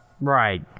Right